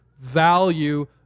value